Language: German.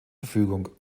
verfügung